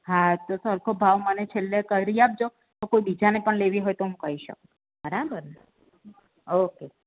હા તો સરખો ભાવ મને છેલ્લે કરી આપજો તો કોઈ બીજાને પણ લેવી હોય તો હું કહી શકું બરાબર ઓકે